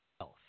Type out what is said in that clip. health